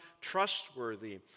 trustworthy